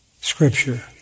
Scripture